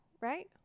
right